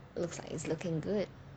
looks like it's looking good